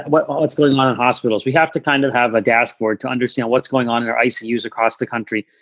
what what's going on in hospitals. we have to kind of have a dashboard to understand what's going on in our eyes to use across the country.